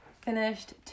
Finished